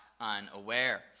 unaware